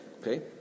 okay